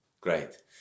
great